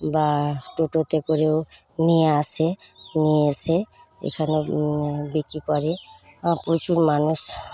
বা টোটোতে করেও নিয়ে আসে নিয়ে এসে এখানে বিক্রি করে বা প্রচুর মানুষ